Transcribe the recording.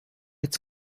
its